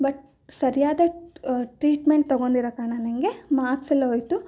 but ಸರಿಯಾದ treatment ತಗೊಂಡಿರೋ ಕಾರಣ ನನಗೆ ಮಾರ್ಕ್ಸ್ ಎಲ್ಲ ಹೋಯ್ತು